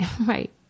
Right